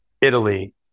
Italy